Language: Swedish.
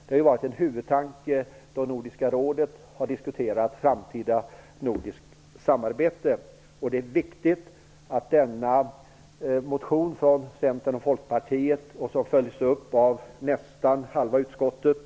Det har varit en huvudtanke då Nordiska rådet har diskuterat framtida nordiskt samarbete. Dessa tankegångar framförs i en motion från Centern och Folkpartiet, som följs upp av nästan halva utskottet.